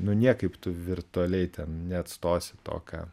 nu niekaip tu virtualiai ten neatstosi to ką